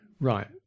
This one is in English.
Right